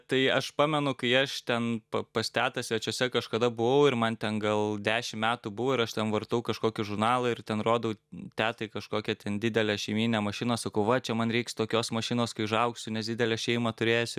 tai aš pamenu kai aš ten p pas tetą svečiuose kažkada buvau ir man ten gal dešim metų buvo ir aš ten vartau kažkokį žurnalą ir ten rodau tetai kažkokią ten didelę šeimyninę mašiną sakau va čia man reiks tokios mašinos kai užaugsiu nes didelę šeimą turėsiu